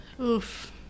Oof